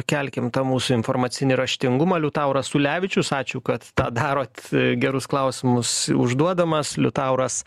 kelkim tą mūsų informacinį raštingumą liutauras ulevičius ačiū kad tą darot gerus klausimus užduodamas liutauras